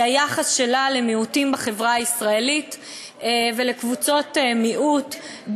היחס שלה למיעוטים בחברה הישראלית ולקבוצות מיעוט,